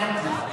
הבנתי.